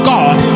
God